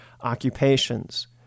occupations